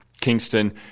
Kingston